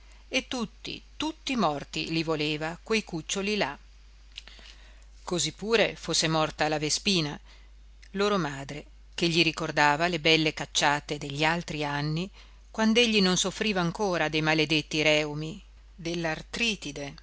e tutti tutti morti li voleva quei cuccioli là così pure fosse morta la vespina loro madre che gli ricordava le belle cacciate degli altri anni quand'egli non soffriva ancora dei maledetti reumi dell'artride